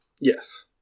Yes